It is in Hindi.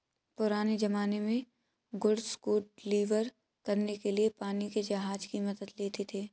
पुराने ज़माने में गुड्स को डिलीवर करने के लिए पानी के जहाज की मदद लेते थे